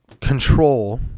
control